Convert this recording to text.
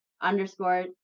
underscore